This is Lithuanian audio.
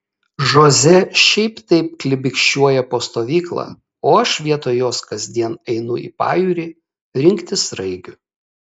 žoze šiaip taip klibikščiuoja po stovyklą o aš vietoj jos kasdien einu į pajūrį rinkti sraigių